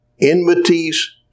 enmities